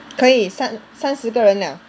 可以三三十个人 ah